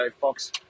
Fox